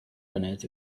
grenades